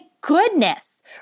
goodness